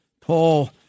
Paul